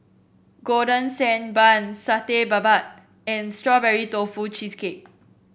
Golden Sand Bun Satay Babat and Strawberry Tofu Cheesecake